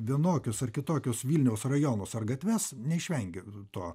vienokius ar kitokius vilniaus rajonus ar gatves neišvengiu to